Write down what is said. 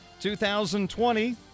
2020